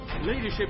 Leadership